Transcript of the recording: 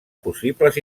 possibles